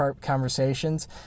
conversations